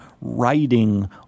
writing